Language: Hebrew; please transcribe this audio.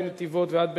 מנתיבות ועד בית-שאן,